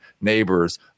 Neighbors